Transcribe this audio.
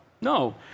No